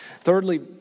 Thirdly